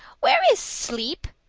where is sleep?